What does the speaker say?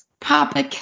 Papa